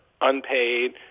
unpaid